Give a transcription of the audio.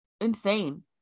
Insane